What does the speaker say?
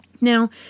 Now